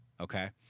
okay